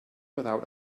without